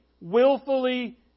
willfully